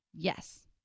Yes